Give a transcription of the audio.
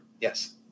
Yes